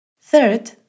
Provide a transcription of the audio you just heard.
Third